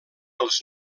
els